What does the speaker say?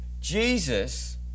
Jesus